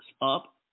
up